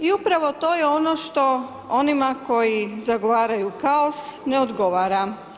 I upravo to je ono što onima koji zagovaraju kaos ne odgovara.